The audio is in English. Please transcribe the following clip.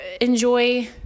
enjoy